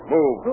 Move